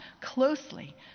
closely